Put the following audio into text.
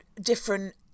different